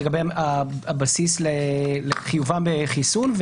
לגבי בסיס החובה בחיסון.